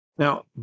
Now